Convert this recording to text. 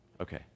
Okay